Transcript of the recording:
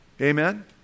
amen